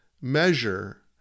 measure